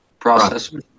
Processor